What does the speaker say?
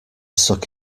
suck